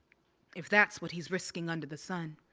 if that's what he's risking under the sun.